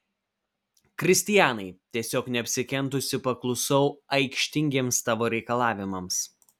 kristianai tiesiog neapsikentusi paklusau aikštingiems tavo reikalavimams